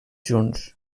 junts